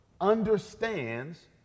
understands